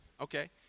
Okay